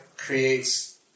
creates